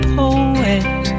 poet